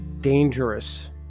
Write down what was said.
dangerous